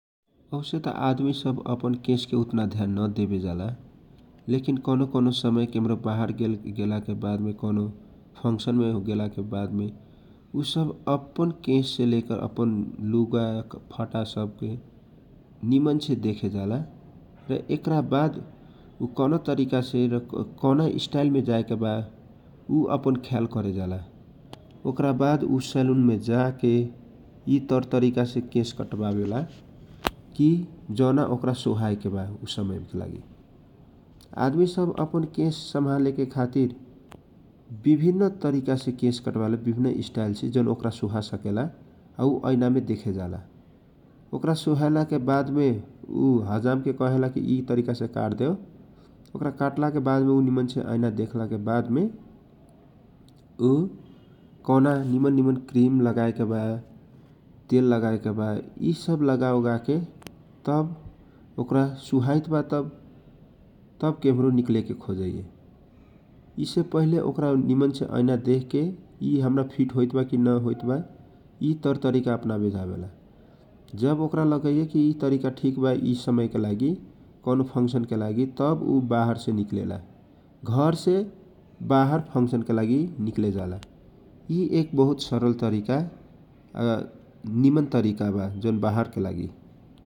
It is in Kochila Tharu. औसे त आदमी सब अपन केश के ध्यान न देवे जाला लेखिन कौनो कौना समय बाहर केमरो बाहर गोलाके बादमे कौनो फङ्सन गेला के बाद मे उसब अपन केश से लेकर अपन लुगाफाटा सब निमन से देखे जाला एक रा बाद कौना तरिकासे र कौना इसटाइल के जा एका बा अपन केश कटवा वेला यि जौना ओकरा सोहा एकेवा आदमी सब हजाम से केश कटावे के खातीर सैलुन में जावेला उ ऐना मे देख्ला के बाद ओकरा सोहाईत बाकी न इ बहुत सरल तरिका ।